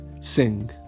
sing